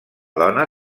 dona